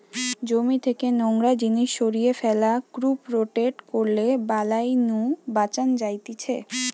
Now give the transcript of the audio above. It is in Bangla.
জমি থেকে নোংরা জিনিস সরিয়ে ফ্যালা, ক্রপ রোটেট করলে বালাই নু বাঁচান যায়তিছে